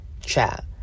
chat